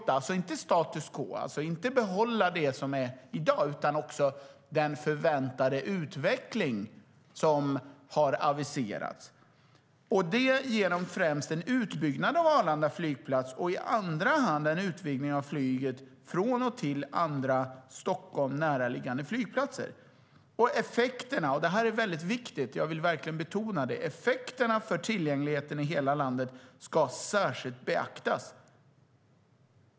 Det är alltså inte fråga om status quo, inte behålla det som det är i dag, utan det är också fråga om den förväntade utveckling som har aviserats. Det ska ske främst genom en utbyggnad av Arlanda flygplats och i andra hand en utvidgning av flyget från och till andra Stockholm näraliggande flygplatser. Effekterna - det här är viktigt, det vill jag verkligen betona - för tillgängligheten i hela landet ska särskilt beaktas.